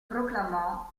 proclamò